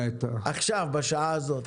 עכשיו, בשעה הזאת.